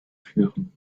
führen